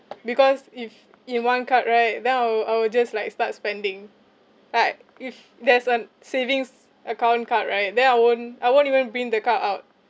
because if in one card right then I will I will just like start spending like if there's a savings account card right then I won't I won't even bring the card out